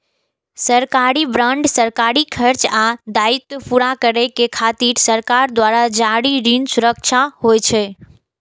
सरकारी बांड सरकारी खर्च आ दायित्व पूरा करै खातिर सरकार द्वारा जारी ऋण सुरक्षा होइ छै